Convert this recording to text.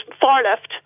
far-left